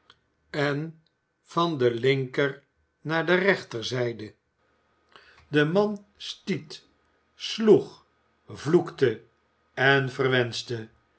en van de linker naar de rechterzijde de man stiet sloeg vloekte en verwenschte